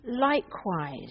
Likewise